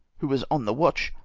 who was on the watch,